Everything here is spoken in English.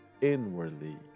inwardly